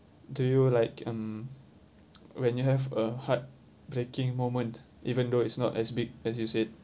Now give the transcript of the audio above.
do you like um when you have a heartbreaking moment even though it's not as big as you said